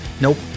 Nope